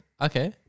Okay